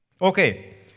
Okay